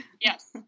Yes